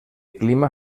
clima